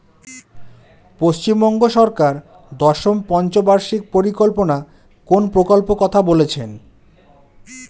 পশ্চিমবঙ্গ সরকার দশম পঞ্চ বার্ষিক পরিকল্পনা কোন প্রকল্প কথা বলেছেন?